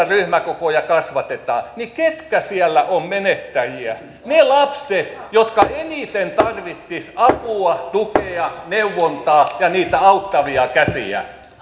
ryhmäkokoja kasvatetaan niin ketkä siellä ovat menettäjiä ne lapset jotka eniten tarvitsisivat apua tukea neuvontaa ja niitä auttavia käsiä